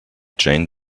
jane